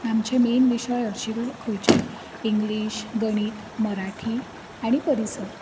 आमचे मेन विशय हरशीं खंयचें इंग्लीश गणीत मराठी आनी परिसर